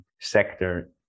sector